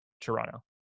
Toronto